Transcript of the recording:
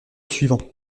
suivant